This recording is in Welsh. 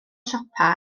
siopa